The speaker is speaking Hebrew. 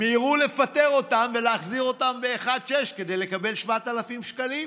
מיהרו לפטר אותם ולהחזיר אותם ב-1 ביוני כדי לקבל 7,000 שקלים.